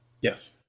Yes